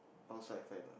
outside friend ah